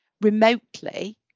remotely